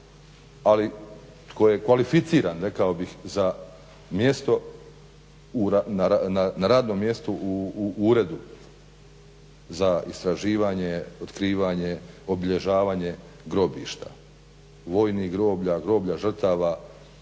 ali tko je kvalificiran rekao bih za mjesto na radno mjesto u Uredu za istraživanje, otkrivanje, obilježavanja grobišta vojnih groblja, groblja žrtava